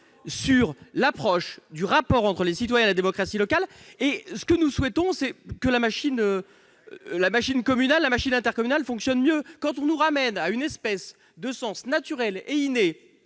d'aborder la relation entre les citoyens et la démocratie locale. Ce que nous souhaitons, c'est que la machine communale et intercommunale fonctionne mieux. Quand on nous renvoie à une espèce de sens naturel et inné